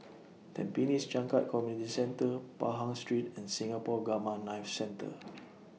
Tampines Changkat Community Centre Pahang Street and Singapore Gamma Knife Centre